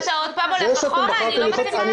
אבל אתה עוד פעם הולך אחורה, אני לא מצליחה להבין.